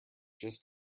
just